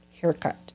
haircut